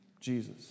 Jesus